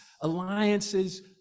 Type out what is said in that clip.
alliances